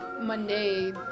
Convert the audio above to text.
Monday